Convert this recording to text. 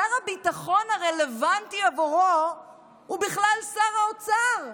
שר הביטחון הרלוונטי עבורו הוא בכלל שר האוצר,